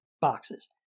boxes